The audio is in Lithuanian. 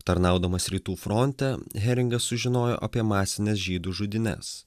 tarnaudamas rytų fronte heringas sužinojo apie masines žydų žudynes